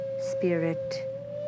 spirit